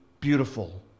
beautiful